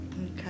Okay